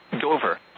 Dover